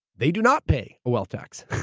they do not pay a wealth tax.